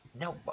No